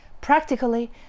Practically